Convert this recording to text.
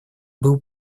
был